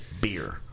beer